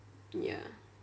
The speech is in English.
ya